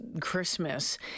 Christmas